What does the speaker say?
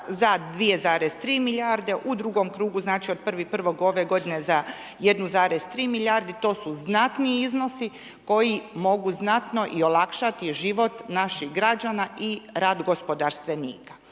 za 2,3 milijarde, u drugom krugu znači od 1.1. ove godine za 1,3 milijardi, to su znatni iznosi koji mogu znatno i olakšati život naših građana i rad gospodarstvenika.